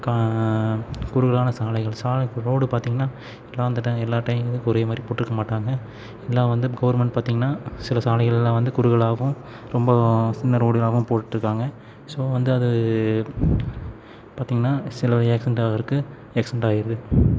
கா குறுகலான சாலைகள் சாலை ரோடு பார்த்தீங்கனா எல்லா டைம்லேயும் ஒரே மாதிரி போட்டிருக்கமாட்டாங்க எல்லாம் வந்து கவுர்மெண்ட் பார்த்தீங்கனா சில சாலைகளெலாம் வந்து குறுகலாகவும் ரொம்ப சின்ன ரோடாகவும் போட்டிருக்காங்க ஸோ வந்து அது பார்த்தீங்கனா சில ஏக்சிடன்ட் ஆகிறக்கு ஏக்சிடன்ட் ஆகியிருது